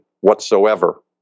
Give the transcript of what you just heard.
whatsoever